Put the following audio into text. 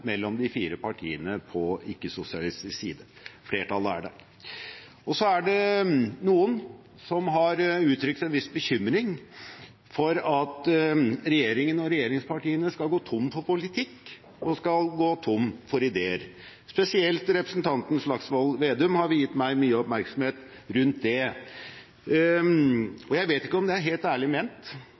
mellom de fire partiene på ikke-sosialistisk side. Flertallet er der. Det er noen som har uttrykt en viss bekymring over at regjeringen og regjeringspartiene skal gå tom for politikk og ideer. Spesielt representanten Slagsvold Vedum har viet mye oppmerksomhet til det. Jeg vet ikke om det er helt ærlig ment